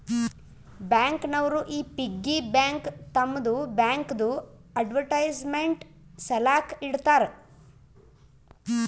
bank ನವರು ಈ piggy bank ತಮ್ಮದು ಬ್ಯಾಂಕ್ದು ಅಡ್ವರ್ಟೈಸ್ಮೆಂಟ್ ಸಲಾಕ ಇಡ್ತಾರ